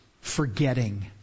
Forgetting